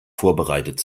vorbereitet